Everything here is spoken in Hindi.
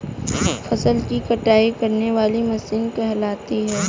फसल की कटाई करने वाली मशीन कहलाती है?